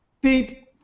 beep